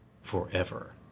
forever